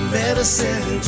medicine